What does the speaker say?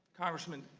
congressman,